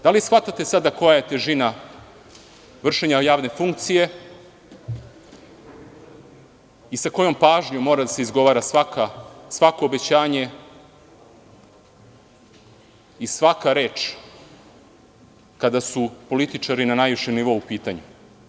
Da li shvatate sada koja je težina vršenja javne funkcije i sa kojom pažnjom mora da se izgovara svako obećanje i svaka reč kada su političari na najvišem nivou u pitanju?